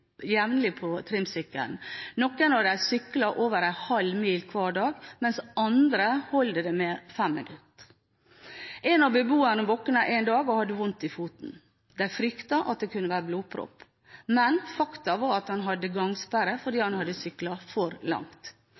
jevnlig på trimsykkelen. Noen av dem sykler over en halv mil hver dag, mens for andre holder det med fem minutter. En av beboerne våknet en dag og hadde vondt i foten. De fryktet at det kunne være blodpropp, men faktum var at han hadde gangsperre fordi han hadde syklet for langt.